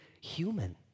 human